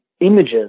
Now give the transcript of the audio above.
images